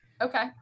Okay